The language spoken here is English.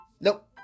Nope